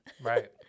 Right